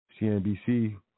CNBC